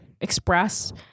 express